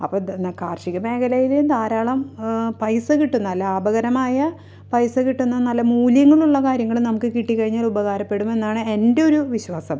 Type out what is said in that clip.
അപ്പം ദ് ന്ന കാർഷിക മേഖലയിൽ ധാരാളം പൈസ കിട്ടുന്ന ലാഭകരമായ പൈസ കിട്ടുന്ന നല്ല മൂല്യങ്ങളുള്ള കാര്യങ്ങൾ നമുക്ക് കിട്ടിക്കഴിഞ്ഞാൽ ഉപകാരപ്പെടുമെന്നാണ് എൻ്റൊരു വിശ്വാസം